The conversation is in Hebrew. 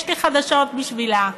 יש לי חדשות בשבילה: